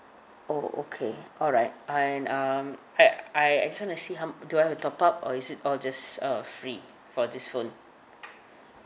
oh okay alright I and um I I I just wanna see how m~ do I have to top up or is it all just uh free for this phone